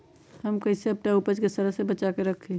हम कईसे अपना उपज के सरद से बचा के रखी?